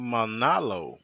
Manalo